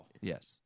yes